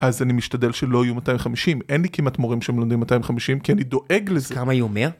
אז אני משתדל שלא יהיו 250, אין לי כמעט מורים שמלמדים 250, כי אני דואג לזה. –כמה היא אומר?